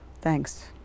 Thanks